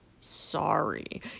sorry